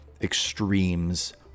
extremes